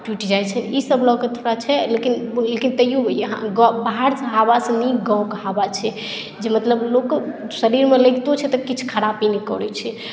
टुटि जाइ छै ई सभ लऽ कऽ थोड़ा छै लेकिन तैयो बाहरसँ हवासँ नीक गाँवक हवा छै जे मतलब लोक शरीरमे लागितो छै तऽ किछु खरापी नहि करै छै